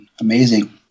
amazing